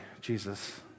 Jesus